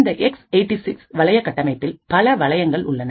இந்த X86 வளைய கட்டமைப்பில் பல வளையங்கள் உள்ளன